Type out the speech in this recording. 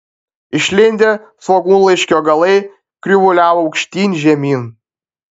išlindę svogūnlaiškio galai krivuliavo aukštyn žemyn